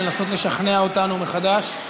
לנסות לשכנע אותנו מחדש?